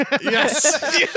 Yes